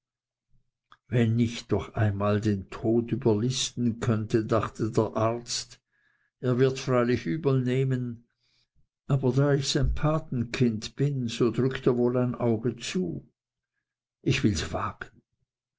wenn ich doch einmal den tod überlisten könnte dachte der arzt er wirds freilich übelnehmen aber da ich sein pate bin so drückt er wohl ein auge zu ich wills wagen